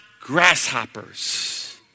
grasshoppers